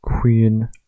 Queen